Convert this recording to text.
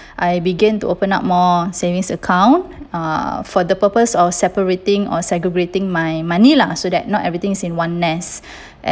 I began to open up more savings account uh for the purpose of separating or segregating my money lah so that not everything is in one nest